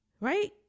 Right